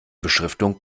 beschriftung